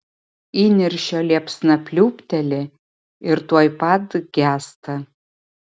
įniršio liepsna pliūpteli ir tuoj pat gęsta